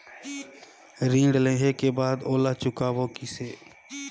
ऋण लेहें के बाद ओला चुकाबो किसे?